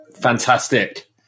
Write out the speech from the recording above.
Fantastic